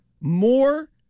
more